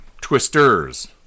Twisters